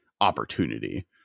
opportunity